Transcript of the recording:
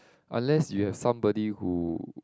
unless you have somebody who